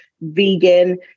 vegan